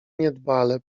niedbale